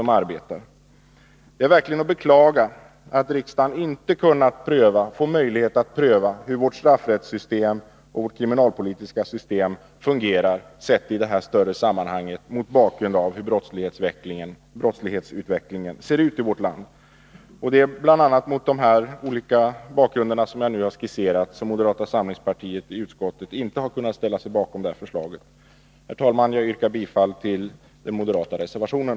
Nr 49 Det är verkligen att beklaga att riksdagen inte kunnat få möjlighet att pröva Tisdagen den hur vårt straffrättssystem och kriminalpolitiska system fungerar i det större 14 december 1982 sammanhang som brottslighetsutvecklingen i vårt land utgör. Det är bl.a. mot de olika bakgrunder som jag nu skisserat som moderata samlingspartiet i Vidgad användutskottet inte har kunnat ställa sig bakom förslaget. ning av strafföre Herr talman! Jag yrkar bifall till den moderata reservationen.